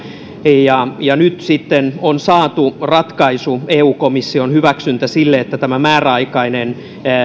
ja ja nyt sitten on saatu ratkaisu eu komission hyväksyntä sille että tämä määräaikainen